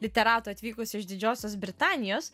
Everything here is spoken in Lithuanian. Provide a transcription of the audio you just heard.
literatų atvykusių iš didžiosios britanijos